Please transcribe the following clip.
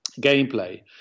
gameplay